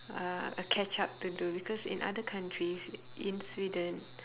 uh catch up to do because in other countries in sweden